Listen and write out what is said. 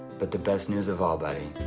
but the best news of all buddy,